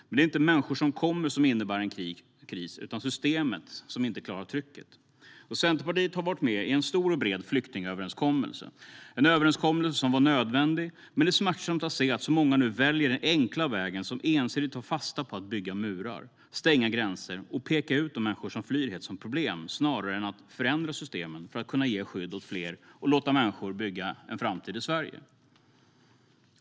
Men det är inte människor som kommer som innebär en kris. Det är systemen som inte klarar trycket. Centerpartiet har varit med i en stor och bred flyktingöverenskommelse. Den var nödvändig. Men det är smärtsamt att se att många nu väljer den enkla vägen, som ensidigt tar fasta på att bygga murar, stänga gränser och peka ut de människor som flyr hit som problem, snarare än att förändra systemen för att kunna ge skydd åt fler och låta människor bygga en framtid i Sverige.